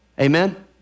Amen